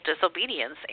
disobedience